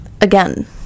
again